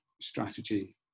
strategy